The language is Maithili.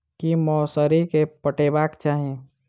की मौसरी केँ पटेबाक चाहि?